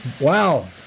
Wow